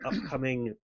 upcoming